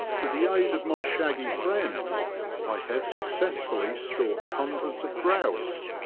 with the aid of my shaggy friend i have successfully stalked hundreds of grouse,